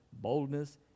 boldness